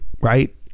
right